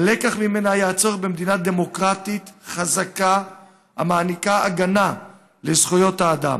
הלקח ממנה היה הצורך במדינה דמוקרטית חזקה המעניקה הגנה לזכויות האדם.